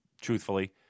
truthfully